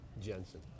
Jensen